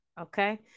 Okay